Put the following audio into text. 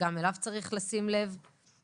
וגם אליו צריך לשים לב.